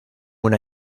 una